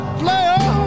player